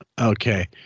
Okay